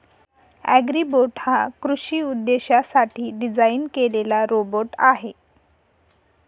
Agribot हा कृषी उद्देशांसाठी डिझाइन केलेला रोबोट आहे